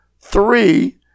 three